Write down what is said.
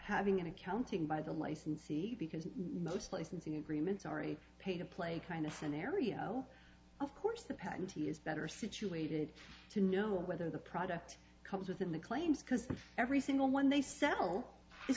having an accounting by the licensee because most licensing agreements already pay to play kind of scenario of course the patentee is better situated to know whether the product comes within the claims because every single one they sell